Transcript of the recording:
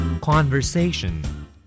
Conversation